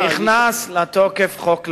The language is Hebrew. עכשיו נכנס לתוקף חוק לרון.